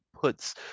puts